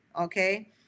okay